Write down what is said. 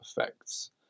effects